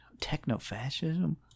Techno-fascism